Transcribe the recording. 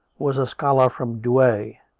was a scholar from douay,